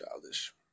Childish